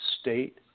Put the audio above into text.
state